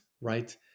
right